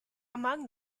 among